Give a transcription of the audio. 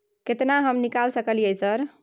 केतना हम निकाल सकलियै सर?